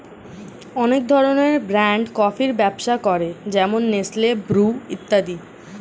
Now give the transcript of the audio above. অনেক ধরনের ব্র্যান্ড কফির ব্যবসা করে যেমন নেসলে, ব্রু ইত্যাদি